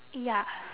ya